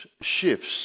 shifts